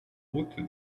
route